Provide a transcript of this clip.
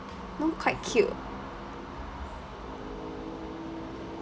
no quite cute